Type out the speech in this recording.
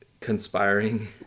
conspiring